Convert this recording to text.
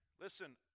Listen